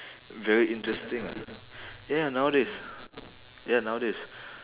very interesting ah ya nowadays ya nowadays